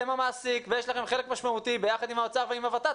אתם המעסיק ויש לכם חלק משמעותי ביחד עם האוצר ועם ה-ות"ת.